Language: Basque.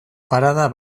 parada